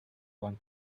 one